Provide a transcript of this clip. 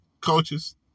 coaches